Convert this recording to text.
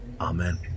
Amen